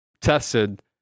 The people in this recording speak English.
tested